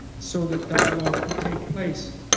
so that dialogue can take place.